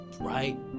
right